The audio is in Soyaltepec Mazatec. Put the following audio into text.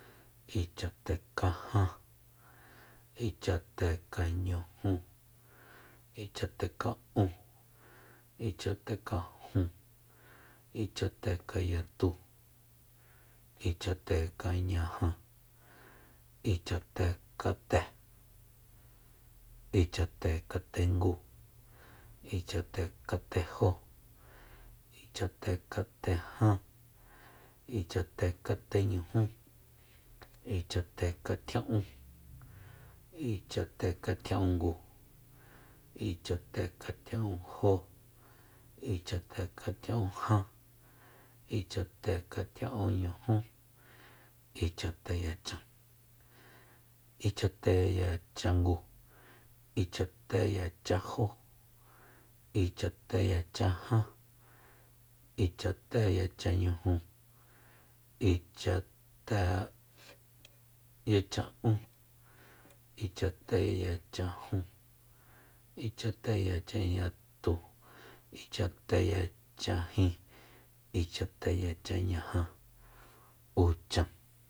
Ichatekajan ichatekañuju ichateka'un ichatekajun ichatekanyatu ichatekajin ichatekañaja ichatekate ichate katengu ichatekatejó ichatekatejan ichatekateñujú ichatekatjia'ún ichatekatjia'ungu ichatekatjia'unjó ichatekatjia'unjan ichatekatjia'unñujú ichateyachan ichateyachangu ichateyachanjó ichateyachajan ichateyachanñujú ichateyachan'ún ichateyachajun ichateyachanyatu ichateyachajin ichateyachanñaja uchan